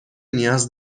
نیاز